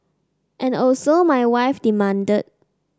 and also my wife demanded